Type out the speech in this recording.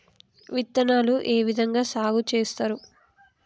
విత్తనాలు ఏ విధంగా సాగు చేస్తారు?